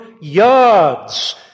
yards